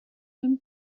him